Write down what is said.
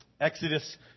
Exodus